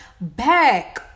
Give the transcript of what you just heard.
back